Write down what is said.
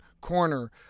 corner